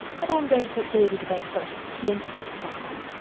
but i'm going to put davy to bed first. he insists on that.